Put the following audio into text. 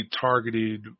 targeted